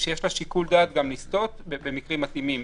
שיש לה שיקול דעת גם לסטות במקרים מתאימים.